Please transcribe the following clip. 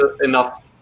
enough